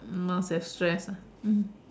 not as stressed lah mm